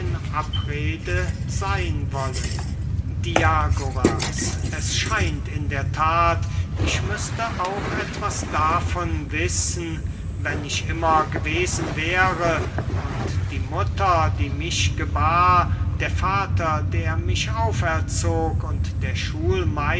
abrede seyn wollen diagoras es scheint in der that ich müßte auch etwas davon wissen wenn ich immer gewesen wäre und die mutter die mich gebar der vater der mich auferzog und der